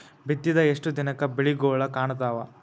ಬಿತ್ತಿದ ಎಷ್ಟು ದಿನಕ ಬೆಳಿಗೋಳ ಕಾಣತಾವ?